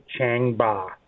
Changba